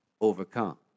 overcome